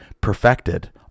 perfected